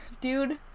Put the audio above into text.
dude